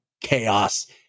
chaos